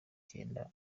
icyenda